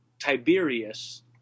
Tiberius